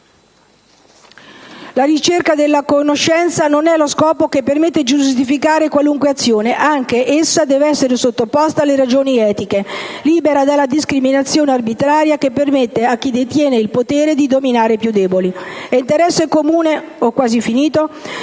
La ricerca della conoscenza non è uno scopo che permette di giustificare qualsiasi azione; anzi, essa deve essere sottoposta alle ragioni etiche, libera dalla discriminazione arbitraria che permette a chi detiene il potere di dominare i più deboli. È interesse comune dunque